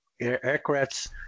aircrafts